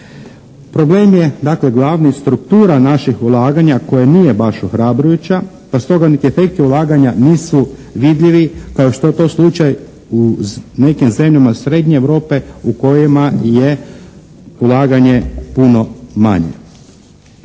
problem je dakle glavni struktura naših ulaganja koja nije baš ohrabrujuća, pa stoga niti efekti ulaganja nisu vidljivi kao što je to slučaj u nekim zemljama Srednje Europe u kojima je ulaganje puno manje.